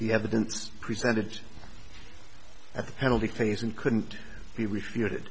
the evidence presented at the penalty phase and couldn't be refuted